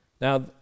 Now